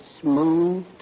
smooth